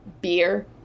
beer